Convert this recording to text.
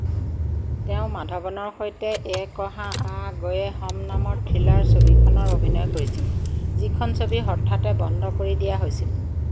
তেওঁ মাধৱনৰ সৈতে য়ে কহা আ গয়ে হম নামৰ থ্ৰিলাৰ ছবিখনত অভিনয় কৰিছিল যিখন ছবি হঠাতে বন্ধ কৰি দিয়া হৈছিল